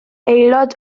aelod